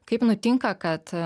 kaip nutinka kad